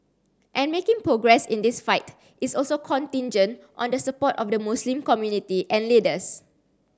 and making progress in this fight is also contingent on the support of the Muslim community and leaders